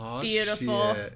beautiful